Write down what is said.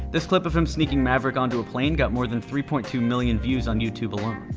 this clip of him sneaking maverick onto a plane got more than three point two million views on youtube alone.